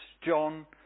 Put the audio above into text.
John